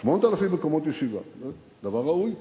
8,000 מקומות ישיבה, זה דבר ראוי.